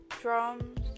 drums